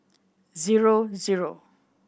zero zero